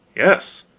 yes.